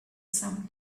some